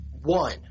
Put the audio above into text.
one